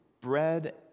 bread